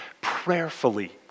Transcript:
prayerfully